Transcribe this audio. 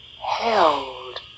held